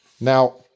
Now